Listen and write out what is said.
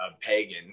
pagan